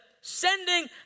Sending